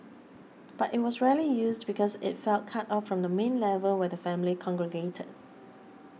but it was rarely used because it felt cut off from the main level where the family congregated